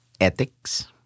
ethics